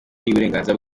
y’uburenganzira